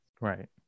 right